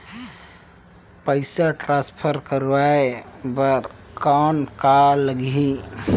पइसा ट्रांसफर करवाय बर कौन का लगही?